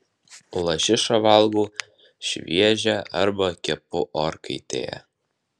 lašišą valgau šviežią arba kepu orkaitėje